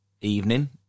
evening